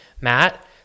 Matt